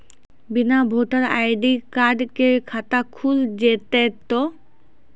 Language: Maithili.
बिना वोटर आई.डी कार्ड के खाता खुल जैते तो?